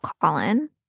Colin